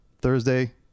Thursday